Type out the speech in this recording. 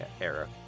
era